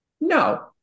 No